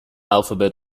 alphabet